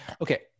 Okay